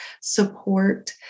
support